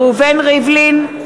נגד ראובן ריבלין,